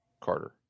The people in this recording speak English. Carter